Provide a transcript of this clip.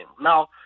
Now